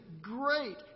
great